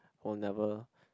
oh never